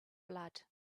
blood